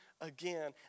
again